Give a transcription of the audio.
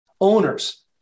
owners